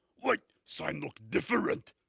like sign look different.